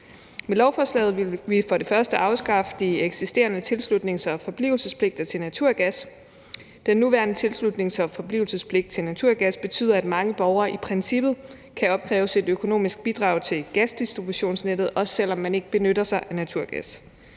Med lovforslaget vil vi for det første afskaffe de eksisterende tilslutnings- og forblivelsespligter til naturgas. Den nuværende tilslutnings- og forblivelsespligt til naturgas betyder, at mange borgere i princippet kan opkræves et økonomisk bidrag til gasdistributionsnettet, også selv om de ikke benytter sig af naturgas.